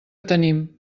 tenim